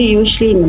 usually